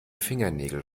fingernägel